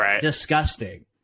disgusting